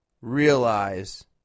realize